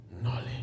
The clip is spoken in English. Knowledge